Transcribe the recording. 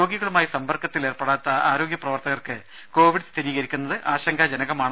രോഗികളുമായി സമ്പർക്കത്തിൽ ഏർപെടാത്ത ആരോഗ്യപ്രവർത്തകർക്ക് കൊവിഡ് സ്ഥിരീകരിക്കുന്നത് ആശങ്കജനകമാണ്